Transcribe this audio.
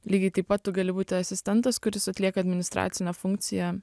lygiai taip pat tu gali būti asistentas kuris atlieka administracinę funkciją